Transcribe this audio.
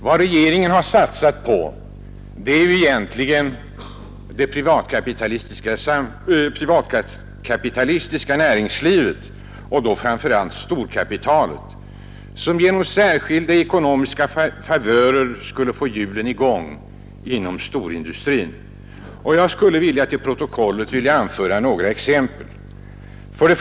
Vad regeringen har satsat på är egentligen det privatkapitalistiska näringslivet och då framför allt storkapitalet, som genom särskilda ekonomiska favörer skulle få hjulen i gång inom storindustrin. Jag vill till protokollet anföra några exempel härpå. 1.